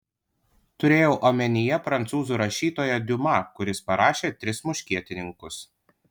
turėjau omenyje prancūzų rašytoją diuma kuris parašė tris muškietininkus